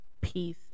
peace